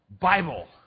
Bible